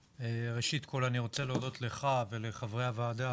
ראשית כל אני רוצה להודות לך ולחברי הוועדה